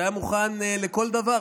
והיה מוכן לכל דבר,